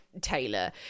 Taylor